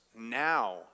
now